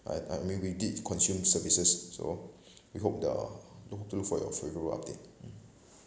I I mean we did consume services so we hope the look to look for your review update mm